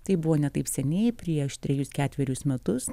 tai buvo ne taip seniai prieš trejus ketverius metus